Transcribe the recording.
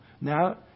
now